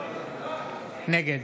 נגד